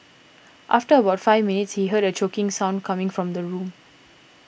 after about five minutes he heard a choking sound coming from the room